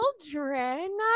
children